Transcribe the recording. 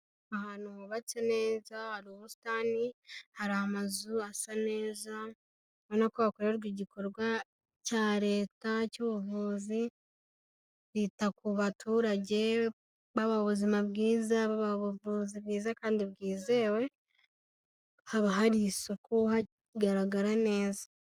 Ahantu hubatse neza hari ubusitani, hari amazu asa neza ubona ko hakorerwa igikorwa cya leta cy'ubuvuzi bita ku baturage baba ubuzima bwiza babaha uvuzi bwiza kandi bwizewe haba hari isuku hagaragara neza.